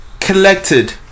collected